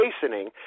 hastening